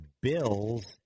Bills